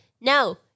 no